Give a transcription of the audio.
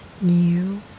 new